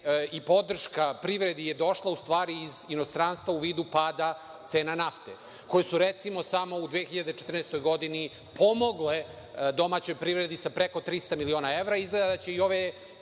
i podrška privredi je došla iz inostranstva u vidu pada cene nafte koje su recimo samo u 2014. godini pomogle domaćoj privredi sa preko 300 miliona evra.